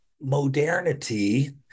modernity